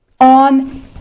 on